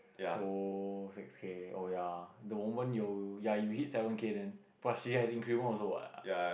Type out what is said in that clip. so six K oh ya the moment your ya you hit seven K then plus you have increment also what